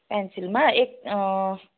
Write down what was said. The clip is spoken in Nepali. पेन्सिलमा एक